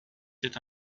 être